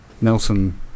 Nelson